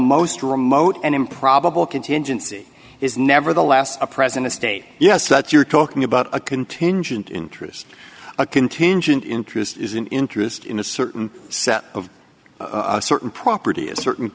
most remote and improbable contingency is never the last a present state yes that's you're talking about a contingent interest a contingent interest is an interest in a certain set of a certain property a certain